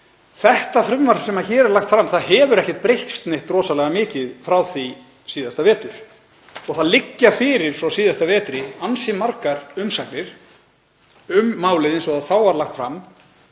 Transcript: Þetta frumvarp sem hér er lagt fram hefur ekki breyst neitt rosalega mikið frá síðasta vetri. Það liggja fyrir, frá síðasta vetri, ansi margar umsagnir um málið eins og það var þá lagt fram.